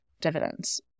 dividends